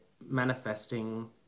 manifesting